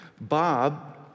Bob